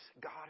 God